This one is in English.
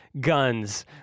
guns